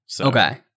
Okay